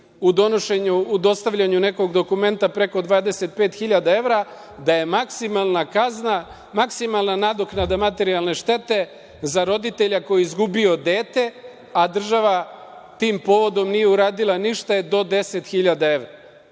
u dostavljanju nekog dokumenta preko 25 hiljada evra, da je maksimalna kazna, maksimalna nadoknada materijalne štete za roditelja koji je izgubio dete a država tim povodom nije uradila ništa je do 10 hiljada